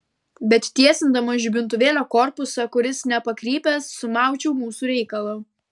bet tiesindamas žibintuvėlio korpusą kuris nepakrypęs sumaučiau mūsų reikalą